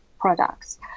products